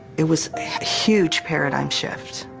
it was a huge paradigm shift,